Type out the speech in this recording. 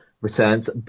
returns